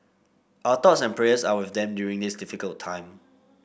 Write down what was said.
our thoughts and prayers are with them during this difficult time